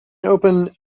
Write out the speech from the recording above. open